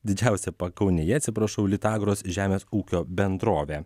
didžiausia pakaunėje atsiprašau lytagros žemės ūkio bendrovė